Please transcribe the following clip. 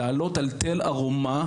לעלות על תל ארומה,